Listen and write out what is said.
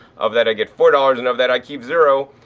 of that i get four dollars and of that i keep zero.